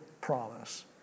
promise